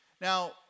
Now